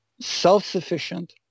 self-sufficient